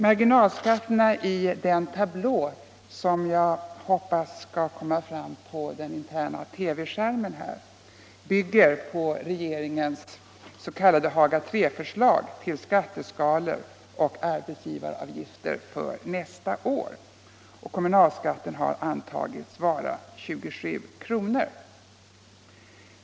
Marginalskatterna i den tablå som jag visar på TV-skärmen bygger på regeringens s.k. Haga III-förslag till skatteskalor och arbetsgivaravgifter för nästa år. Kommunalskatten har antagits vara 27 kr.